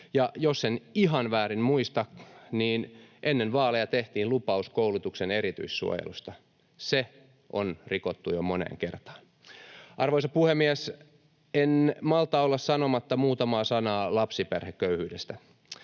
Ja jos en ihan väärin muista, niin ennen vaaleja tehtiin lupaus koulutuksen erityissuojelusta. Se on rikottu jo moneen kertaan. Arvoisa puhemies! En malta olla sanomatta muutamaa sanaa lapsiperheköyhyydestä,